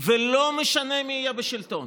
ולא משנה מי יהיה בשלטון,